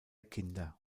kinder